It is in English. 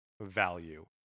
value